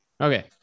Okay